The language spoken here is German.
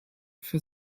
für